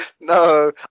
No